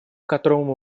которому